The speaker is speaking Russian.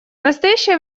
настоящее